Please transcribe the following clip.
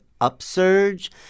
upsurge